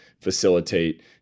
facilitate